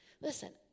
Listen